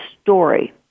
story